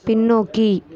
பின்னோக்கி